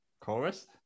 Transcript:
chorus